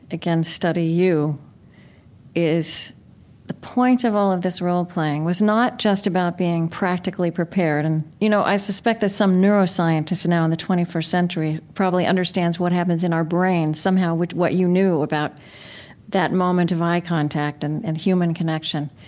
again, study you is the point of all of this role-playing was not just about being practically prepared. and you know i suspect that some neuroscientist now in the twenty first century probably understands what happens in our brains somehow with what you knew about that moment of eye contact and and human connection.